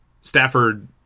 Stafford